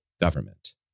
government